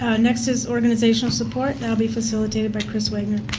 ah next is organizational support. that'll be facilitated by chris wagner.